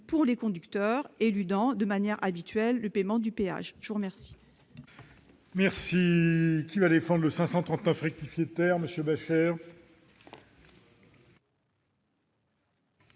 pour les conducteurs éludant de manière habituelle le paiement du péage. Les trois